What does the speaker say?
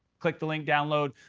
click the link download